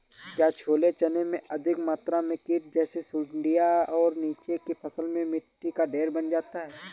क्या छोले चने में अधिक मात्रा में कीट जैसी सुड़ियां और नीचे की फसल में मिट्टी का ढेर बन जाता है?